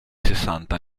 sessanta